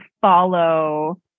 follow